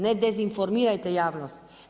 Ne dezinformirajte javnost.